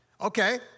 Okay